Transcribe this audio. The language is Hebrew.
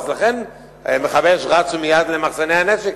ולכן מכבי-אש רצו מייד למחסני הנשק,